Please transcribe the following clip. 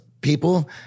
people